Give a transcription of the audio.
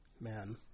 Man